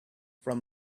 from